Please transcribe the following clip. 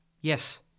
Yes